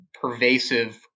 pervasive